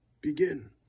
Begin